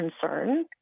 concern